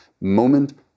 moment